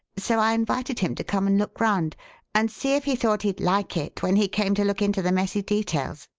so i invited him to come and look round and see if he thought he'd like it when he came to look into the messy details.